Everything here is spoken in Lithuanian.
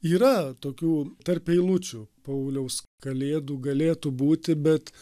yra tokių tarp eilučių pauliaus kalėdų galėtų būti bet